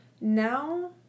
Now